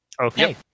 Okay